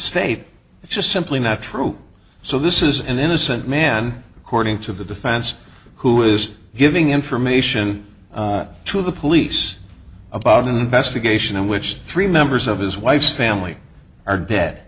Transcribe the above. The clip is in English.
state it's just simply not true so this is an innocent man according to the defense who is giving information to the police about an investigation in which three members of his wife's family are dead